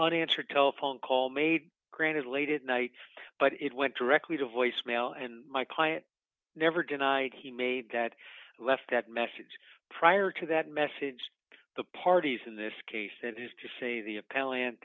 unanswered telephone call made granted late at night but it went directly to voicemail and my client never denied he made that left that message prior to that message the parties in this case that is to say the